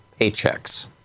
Paychecks